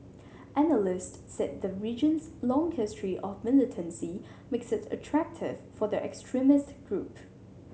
analysts said the region's long history of militancy makes it attractive for the extremist group